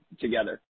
together